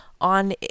on